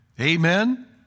Amen